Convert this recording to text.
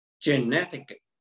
genetic